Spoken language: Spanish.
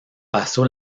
pasó